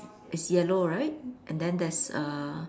is yellow right and then there's uh